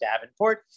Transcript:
Davenport